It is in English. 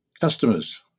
customers